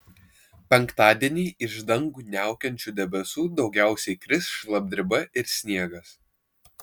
penktadienį iš dangų niaukiančių debesų daugiausiai kris šlapdriba ir sniegas